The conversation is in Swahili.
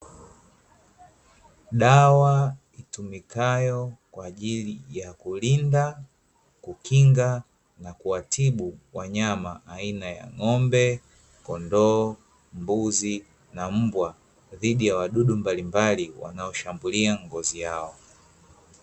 Dawa itumikayo kwa ajili ya kulinda, kukinga na kuwatibu wanyama aina ya ng'ombe, kondoo, mbuzi na mbwa dhidi ya wadudu mbalimbali wanaoshambulia ngozi yao.